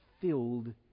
filled